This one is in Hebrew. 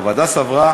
הוועדה סברה